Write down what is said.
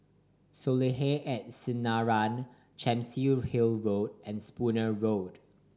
Soleil at Sinaran Chancery Hill Road and Spooner Road